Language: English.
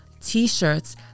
T-shirts